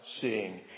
seeing